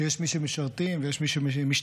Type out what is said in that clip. שיש מי שמשרתים ויש מי שמשתמטים.